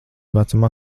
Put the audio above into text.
vecumā